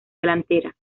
delantera